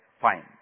fine